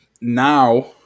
now